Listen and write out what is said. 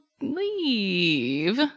leave